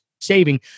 saving